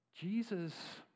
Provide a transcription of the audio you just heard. Jesus